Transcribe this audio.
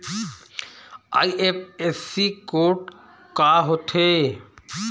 IFSC code का होथे?